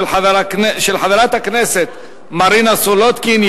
של חברת הכנסת מרינה סולודקין.